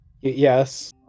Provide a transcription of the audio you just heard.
Yes